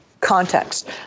context